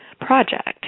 project